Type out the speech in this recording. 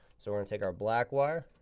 so we're and take our black wire,